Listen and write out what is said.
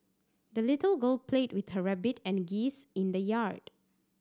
the little girl played with her rabbit and geese in the yard